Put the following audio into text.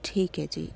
ਠੀਕ ਹੈ ਜੀ